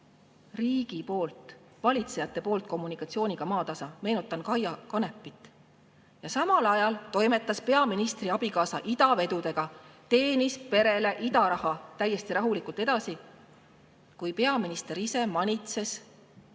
riigi poolt, valitsejate poolt kommunikatsiooniga maatasa. Meenutan Kaia Kanepit. Ja samal ajal toimetas peaministri abikaasa idavedudega, teenis perele idaraha täiesti rahulikult edasi, kuigi peaminister ise manitses kõiki